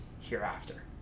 hereafter